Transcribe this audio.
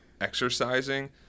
exercising